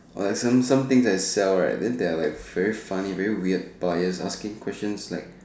eh some some things that you sell right then there are like very funny very weird buyer asking questions like